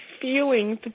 feeling